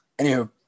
anywho